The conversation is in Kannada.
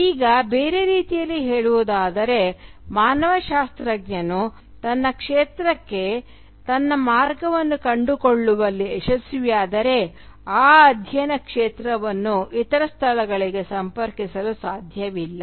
ಈಗ ಬೇರೆ ರೀತಿಯಲ್ಲಿ ಹೇಳುವುದಾದರೆ ಮಾನವಶಾಸ್ತ್ರಜ್ಞನು ತನ್ನ ಕ್ಷೇತ್ರಕ್ಕೆ ತನ್ನ ಮಾರ್ಗವನ್ನು ಕಂಡುಕೊಳ್ಳುವಲ್ಲಿ ಯಶಸ್ವಿಯಾದರೆ ಆ ಅಧ್ಯಯನ ಕ್ಷೇತ್ರವನ್ನು ಇತರ ಸ್ಥಳಗಳಿಗೆ ಸಂಪರ್ಕಿಸಲು ಸಾಧ್ಯವಿಲ್ಲ